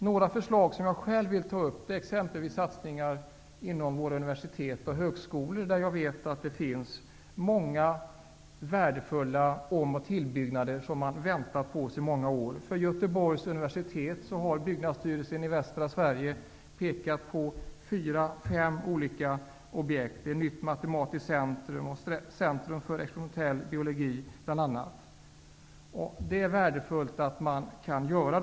Några förslag som jag själv vill ta upp är exempelvis satsningar inom både universitet och högskolor, där jag vet att det finns många värdefulla om och tillbyggnader som man har väntat på i många år. För Göteborgs universitet har Byggnadsstyrelsen i västra Sverige pekat på fyra fem olika objekt såsom Nytt matematiskt centrum och Centrum för experimentell biologi bl.a. Det är värdefullt att de projekten kommer i gång.